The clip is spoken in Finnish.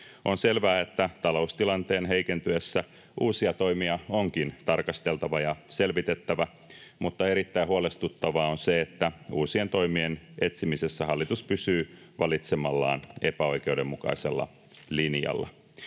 On selvää, että taloustilanteen heikentyessä uusia toimia onkin tarkasteltava ja selvitettävä, mutta erittäin huolestuttavaa on se, että uusien toimien etsimisessä hallitus pysyy valitsemallaan epäoikeudenmukaisella linjalla.